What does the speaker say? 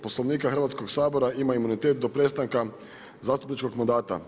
Poslovnika Hrvatskog sabora ima imunitetnog prestanka zastupničkog mandata.